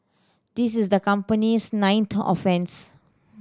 this is the company's ninth offence